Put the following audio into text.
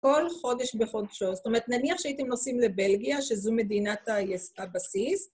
כל חודש בחודשו, זאת אומרת, נניח שהייתם נוסעים לבלגיה, שזו מדינת הבסיס.